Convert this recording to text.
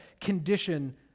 condition